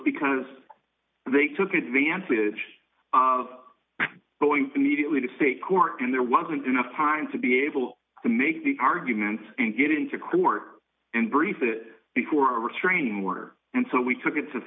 because they took advantage of going immediately to state court and there wasn't enough time to be able to make the arguments and get into court and brief it before restraining order and so we took it to